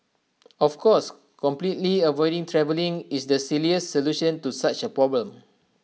of course completely avoiding travelling is the silliest solution to such A problem